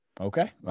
Okay